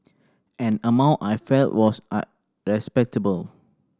an amount I felt was respectable